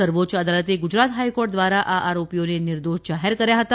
સર્વોચ્ય અદાલતે ગુજરાત હાઇકોર્ટ દ્વારા આ આરોપીઓને નિર્દોષ જાહેર કર્યા હતા